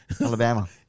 Alabama